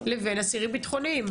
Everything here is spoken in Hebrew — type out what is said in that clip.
לבין אסירים ביטחוניים.